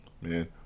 man